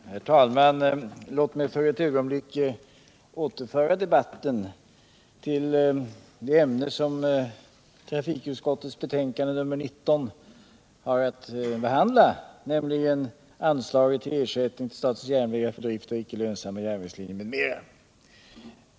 Herr talman! Låt mig för ett ögonblick återföra debatten till det ämne som trafikutskottets betänkande nr 19 har att behandla, nämligen anslaget till Ersättning till statens järnvägar för drift av icke lönsamma järnvägslinjer m.m.